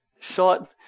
short